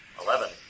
Eleven